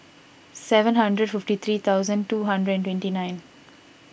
seven hundred fifty three thousand two hundred and twenty nine